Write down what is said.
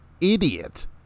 idiot